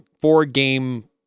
four-game